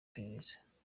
iperereza